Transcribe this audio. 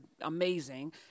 amazing